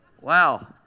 Wow